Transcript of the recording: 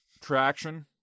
traction